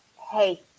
hey